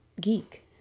geek